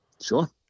Sure